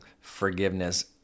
forgiveness